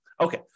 Okay